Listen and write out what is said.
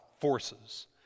forces